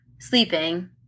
Sleeping